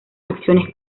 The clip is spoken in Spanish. acciones